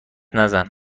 نزن